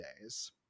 days